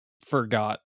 forgot